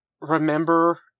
remember